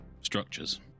structures